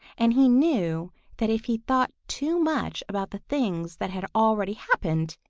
and he knew that if he thought too much about the things that had already happened,